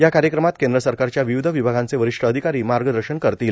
या कार्यक्रमात केंद्र सरकारच्या विविध विभागांचे वरिष्ठ अधिकारी मार्गदर्शन करतील